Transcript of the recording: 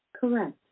Correct